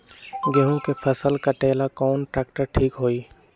गेहूं के फसल कटेला कौन ट्रैक्टर ठीक होई?